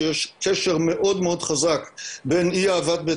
זה שיש קשר מאוד חזק בין אי הגעה לבית